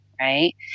right